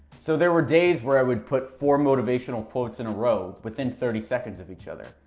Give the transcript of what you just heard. so there were days where i would put four motivational quotes in a row within thirty seconds of each other.